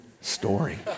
story